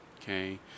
okay